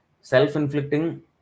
Self-inflicting